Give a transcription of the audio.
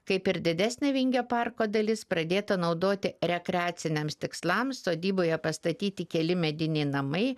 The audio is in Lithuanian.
kaip ir didesnė vingio parko dalis pradėta naudoti rekreaciniams tikslams sodyboje pastatyti keli mediniai namai